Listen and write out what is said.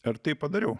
ir tai padariau